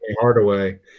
Hardaway